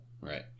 right